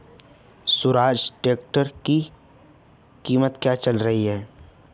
Swaraj tractor की कीमत क्या चल रही है?